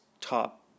top